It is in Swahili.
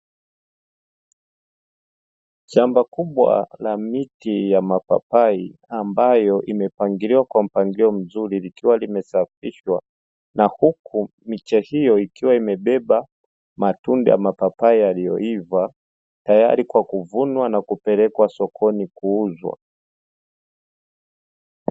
Shamba kubwa la miti ya mapapai, ambayo imepangiliwa kwa mpangilio mzuri, likiwa limesafishwa na huku miche hiyo ikiwa imebeba matunda ya mapapai yaliyo iva, tayari kwa kuvunwa na kupelekwa sokoni kuuzwa.